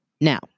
Now